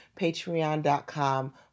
patreon.com